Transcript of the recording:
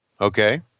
Okay